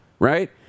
Right